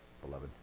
beloved